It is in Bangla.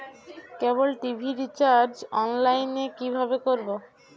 কেবল টি.ভি রিচার্জ অনলাইন এ কিভাবে করব?